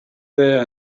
there